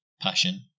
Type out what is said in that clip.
passion